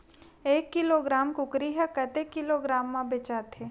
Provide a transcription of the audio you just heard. एक किलोग्राम कुकरी ह कतेक किलोग्राम म बेचाथे?